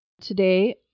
Today